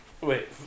Wait